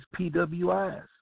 PWIs